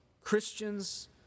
Christians